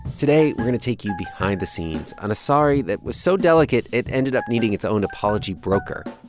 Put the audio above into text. today we're going to take you behind the scenes on a sorry that was so delicate, it ended up needing its own apology broker.